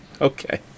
Okay